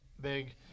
big